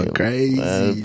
crazy